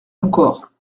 encore